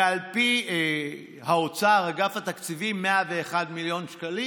ועל פי האוצר, אגף התקציבים, 101 מיליון שקלים.